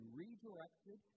redirected